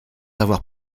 avoir